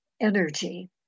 energy